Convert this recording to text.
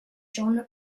john